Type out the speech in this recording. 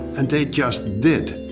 and they just did.